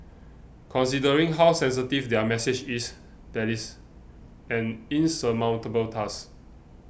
considering how sensitive their message is that is an insurmountable task